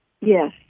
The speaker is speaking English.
Yes